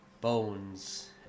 bones